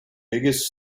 biggest